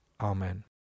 Amen